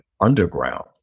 underground